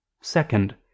second